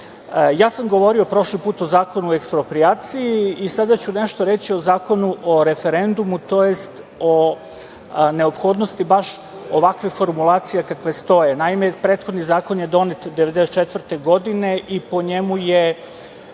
tada. Govorio sam prošli put o Zakonu o eksproprijaciji i sada ću nešto reći o Zakonu o referendumu tj. o neophodnosti baš ovakve formulacije kakva stoji. Naime, prethodni zakon je donet 1994. godine i po njemu je